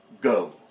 go